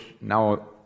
now